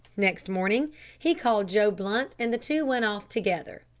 next morning he called joe blunt and the two went off together.